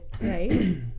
right